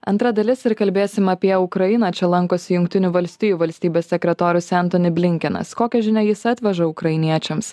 antra dalis ir kalbėsim apie ukrainą čia lankosi jungtinių valstijų valstybės sekretorius entoni blinkenas kokią žinią jis atveža ukrainiečiams